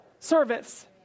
Service